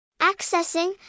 Accessing